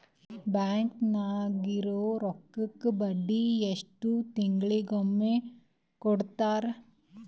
Bank ನಾಗಿರೋ ರೊಕ್ಕಕ್ಕ ಬಡ್ಡಿ ಎಷ್ಟು ತಿಂಗಳಿಗೊಮ್ಮೆ ಕೊಡ್ತಾರ?